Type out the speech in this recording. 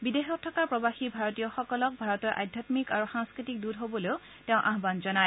বিদেশত থকা প্ৰবাসী ভাৰতীয়সকলক ভাৰতৰ আধ্যাত্মিক আৰু সাংস্কৃতিক দৃত হ'বলৈ তেওঁ আহান জনায়